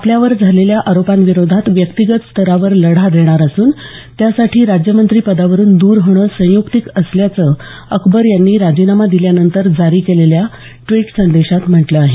आपल्यावर झालेल्या आरोपांविरोधात व्यक्तीगत स्तरावर लढा देणार असून त्यासाठी राज्यमंत्री पदावरून दर होणं संयुक्तिक असल्याचं अकबर यांनी राजीनामा दिल्यानंतर जारी केलेल्या ट्विटर संदेशात म्हटलं आहे